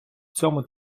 цьому